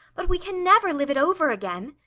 but we can never live it over again.